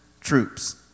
troops